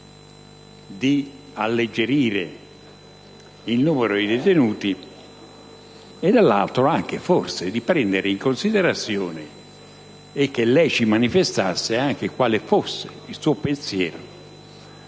di alleggerire il numero dei detenuti e, dall'altra, che si prendesse anche in considerazione, e che lei ci manifestasse quale fosse il suo pensiero